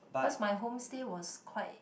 cause my home stay was quite